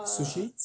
sushi